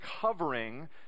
covering